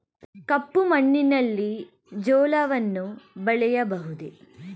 ಕಪ್ಪು ಮಣ್ಣಿನಲ್ಲಿ ಜೋಳವನ್ನು ಬೆಳೆಯಬಹುದೇ?